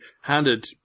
handed